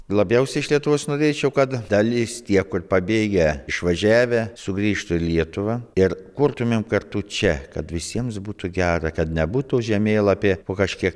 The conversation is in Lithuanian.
labiausiai iš lietuvos norėčiau kad dalis tie kur pabėgę išvažiavę sugrįžtų į lietuvą ir kurtuėm kartu čia kad visiems būtų gera kad nebūtų žemėlapyje po kažkiek